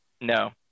No